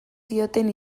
zioten